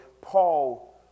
Paul